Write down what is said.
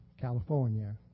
California